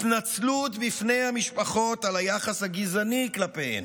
התנצלות בפני המשפחות על היחס הגזעני כלפיהן,